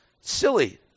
Silly